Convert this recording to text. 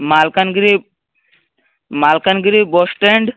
Malkangiri Malkangiri bus stand